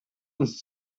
uns